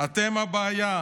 אתם הבעיה.